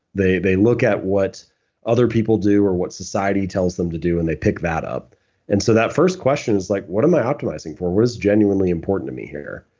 they they look at what other people do or what society tells them to do and they pick that up and so that first question is like, what am i optimizing for? what is genuinely important to me here?